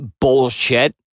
bullshit